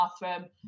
bathroom